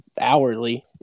hourly